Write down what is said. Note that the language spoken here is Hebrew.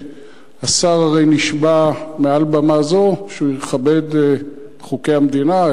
והשר הרי נשבע מעל במה זו שהוא יכבד את חוקי המדינה,